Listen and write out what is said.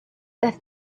that